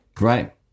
Right